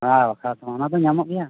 ᱦᱮᱸ ᱵᱟᱠᱷᱟᱱ ᱫᱚ ᱚᱱᱟ ᱫᱚ ᱧᱟᱢᱚᱜ ᱜᱮᱭᱟ